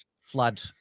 flood